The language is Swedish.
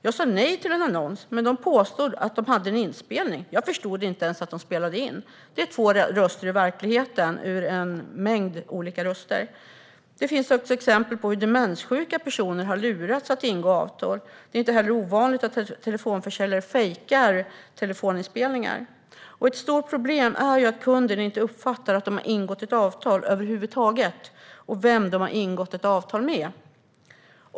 Jag sa nej till en annons. Men de påstod att de hade en inspelning. Jag förstod inte ens att de spelade in. Det här är två röster av verkligen en mängd olika röster. Det finns också exempel på hur demenssjuka personer har lurats att ingå avtal. Det är inte heller ovanligt att telefonförsäljare fejkar telefoninspelningar. Ett stort problem är att kunder inte uppfattar att de har ingått ett avtal över huvud taget och vem de har ingått ett avtal med.